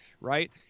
right